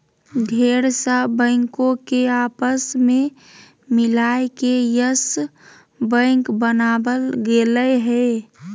ढेर सा बैंको के आपस मे मिलाय के यस बैक बनावल गेलय हें